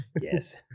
Yes